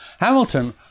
Hamilton